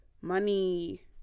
money